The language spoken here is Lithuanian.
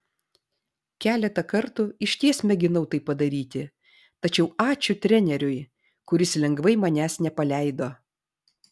keletą kartų išties mėginau tai padaryti tačiau ačiū treneriui kuris lengvai manęs nepaleido